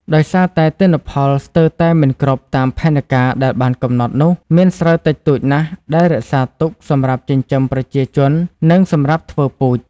ដោយសារតែទិន្នផលស្ទើរតែមិនគ្រប់តាមផែនការដែលបានកំណត់នោះ មានស្រូវតិចតួចណាស់ ដែលរក្សាទុក សម្រាប់ចិញ្ចឹមប្រជាជននិងសម្រាប់ធ្វើពូជ។